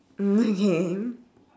okay